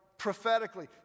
Prophetically